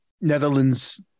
Netherlands